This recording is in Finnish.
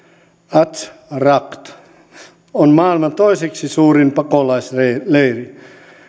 azraq on maailman toiseksi suurin pakolaisleiri